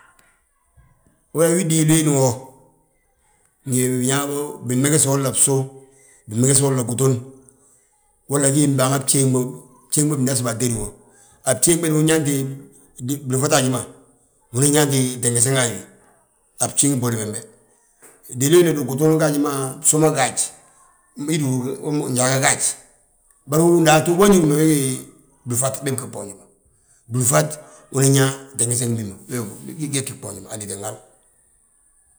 We wii diliin wo, ngi bin megesi wolla bsu, bimegesi wolla gutun, walla wii baaŋan bjéŋ wommu, bjéŋ ma bindasti bo atédi wo. A bjéŋ be du unyaanti, blúfat haji ma, unan yaanti tergesen a wi, a bjéŋ bwodi bembe. Diliin we du gutun gaaji ma bsu ma gaaji, mbi du njaaga gaaj. Bari wo daatu blúfat bee bgi bboonji ma. Blúfat unan yaa tengesen bi ma wi gi gyete a liitin hal;